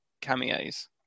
cameos